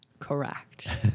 correct